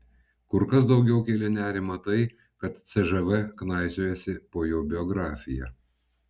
kur kas daugiau kėlė nerimą tai kad cžv knaisiojasi po jo biografiją